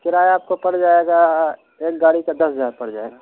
کرایہ آپ کو پڑ جائے گا ایک گاڑی کا دس ہزار پڑ جائے گا